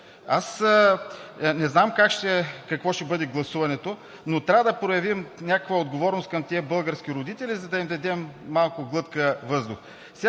Не знам какво ще бъде гласуването, но трябва да проявим някаква отговорност към тези български родители, за да им дадем малко глътка въздух.